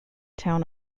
town